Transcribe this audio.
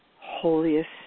holiest